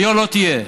היה לא תהיה.